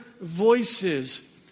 voices